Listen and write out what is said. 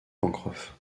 pencroff